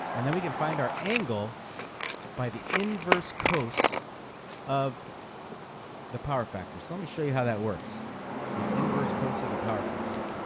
and then we can find our angle by the inverse cos of the power factor, so let me show you how that works the inverse cos of the power factor